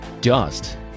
Dust